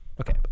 Okay